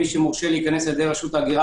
מי שמורשה להיכנס על-ידי רשות ההגירה